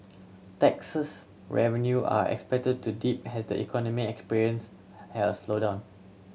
tax revenue are expected to dip has the economy experience has slowdown